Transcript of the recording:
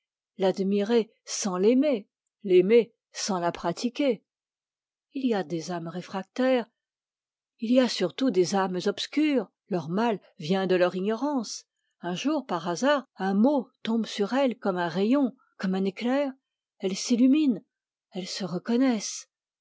l'admirer sans l'aimer l'aimer sans la pratiquer il y a des âmes réfractaires il y a surtout des âmes obscures leur mal vient de leur ignorance un jour par hasard un mot tombe sur elles comme un rayon comme un éclair elles s'illuminent elles se reconnaissent